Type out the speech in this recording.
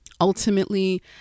Ultimately